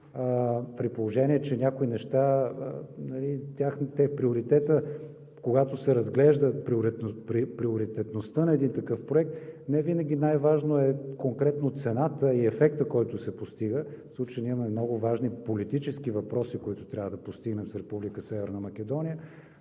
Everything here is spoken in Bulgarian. при положение че някои неща, когато се разглежда приоритетността на такъв проект, невинаги най-важно е конкретно цената и ефектът, който се постига. В случая ние имаме много важни политически въпроси, които трябва да постигнем с Република